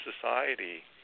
society